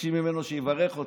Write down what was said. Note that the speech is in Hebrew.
מבקשים ממנו שיברך אותם.